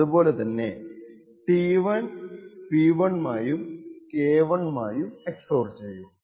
അതുപോലെ തന്നെ T1 അത് P1 മായും K1 മായും XOR ചെയ്യും